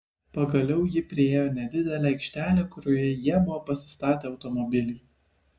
pagaliau ji priėjo nedidelę aikštelę kurioje jie buvo pasistatę automobilį